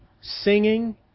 singing